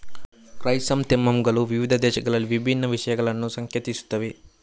chrysanthemum ಗಳು ವಿವಿಧ ದೇಶಗಳಲ್ಲಿ ವಿಭಿನ್ನ ವಿಷಯಗಳನ್ನು ಸಂಕೇತಿಸುತ್ತವೆ